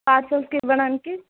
పార్సిల్స్కి ఇవ్వడానికి